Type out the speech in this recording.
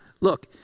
Look